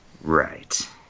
Right